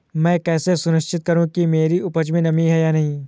मैं कैसे सुनिश्चित करूँ कि मेरी उपज में नमी है या नहीं है?